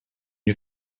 you